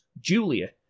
Julia